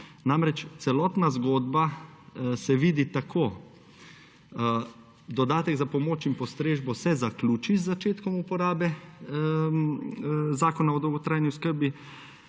slabšem. Celotna zgodba se vidi tako: dodatek za pomoč in postrežbo se zaključi z začetkom uporabe zakona o dolgotrajni oskrbi,